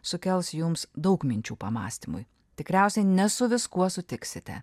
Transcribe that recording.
sukels jums daug minčių pamąstymui tikriausiai ne su viskuo sutiksite